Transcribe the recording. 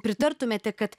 pritartumėte kad